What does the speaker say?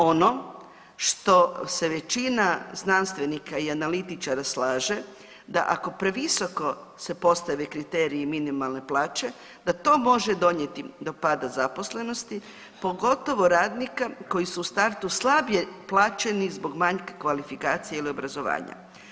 Ono što se većina znanstvenika i analitičara slaže da ako previsoko se postave kriteriji minimalne plaće da to može donijeti do pada zaposlenosti, pogotovo radnika koji su u startu slabije plaćeni zbog manjka kvalifikacije ili obrazovanja.